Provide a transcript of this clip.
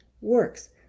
works